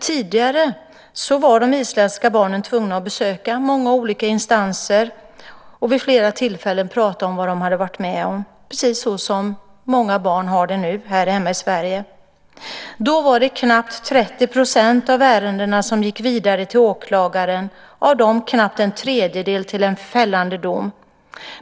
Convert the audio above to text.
Tidigare var de isländska barnen tvungna att besöka många olika instanser och vid flera tillfällen prata om vad de hade varit med om, precis såsom många barn har det nu här hemma i Sverige. Då var det knappt 30 % av ärendena som gick vidare till åklagare och av dem knappt en tredjedel till en fällande dom.